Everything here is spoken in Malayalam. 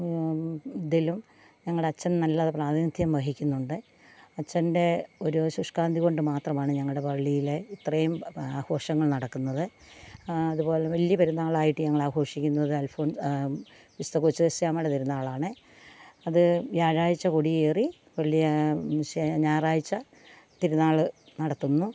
ഇതിലും ഞങ്ങളുടെ അച്ഛൻ നല്ല പ്രാതിനിധ്യം വഹിക്കുന്നുണ്ട് അച്ഛൻ്റെ ഒരു ശുഷ്കാന്തി കൊണ്ടു മാത്രമാണ് ഞങ്ങളുടെ പള്ളിയിൽ ഇത്രയും ആഘോഷങ്ങൾ നടക്കുന്നത് അതുപോലെ വലിയ പെരുന്നാളായിട്ടു ഞങ്ങൾ ആഘോഷിക്കുന്നത് അൽഫോൺ വിശുദ്ധ കൊച്ചു ത്രേസ്യാമ്മയുടെ തിരുന്നാളാണ് അതു വ്യാഴാച്ച കൊടിയേറി വെള്ളിയാ ഞായറാഴ്ച തിരുന്നാൾ നടത്തുന്നു